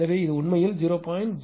எனவே இது உண்மையில் 0